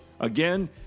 Again